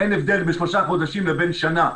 אין הבדל בין שלושה חודשים לבין שנה.